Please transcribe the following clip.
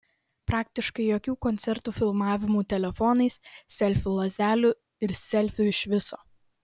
praktiškai jokių koncertų filmavimų telefonais selfių lazdelių ir selfių iš viso